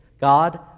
God